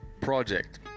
project